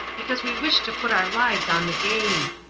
because we wish to put our lives on the game.